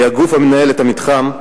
שהיא הגוף המנהל את המתחם,